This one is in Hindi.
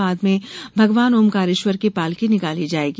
बाद में भगवान ओमकारेश्वर की पालकी निकाली जाएगी